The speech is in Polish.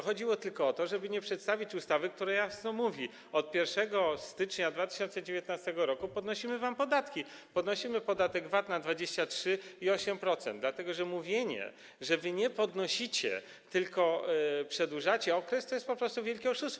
Chodziło tylko o to, żeby nie przedstawić ustawy, która jasno mówi: od 1 stycznia 2019 r. podnosimy wam podatki, podnosimy podatek VAT do 23 i 8%, dlatego że mówienie, że wy nie podnosicie, tylko przedłużacie okres, to jest po prostu wielkie oszustwo.